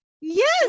Yes